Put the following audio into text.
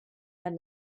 had